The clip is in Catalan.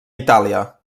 itàlia